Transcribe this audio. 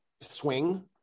swing